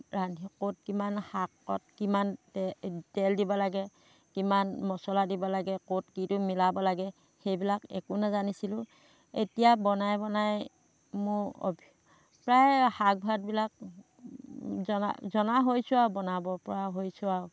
ৰান্ধি ক'ত কিমান শাকত কিমান তেল দিব লাগে কিমান মছলা দিব লাগে ক'ত কিটো মিলাব লাগে সেইবিলাক একো নাজানিছিলোঁ এতিয়া বনাই বনাই মোৰ অভি প্ৰায় শাক ভাতবিলাক জনা জনা হৈছোঁ আৰু বনাব পৰা হৈছোঁ আৰু